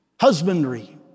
husbandry